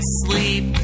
sleep